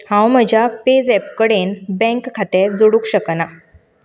हांव म्हज्या पेझॅप कडेन बँक खातें जोडूंक शकनां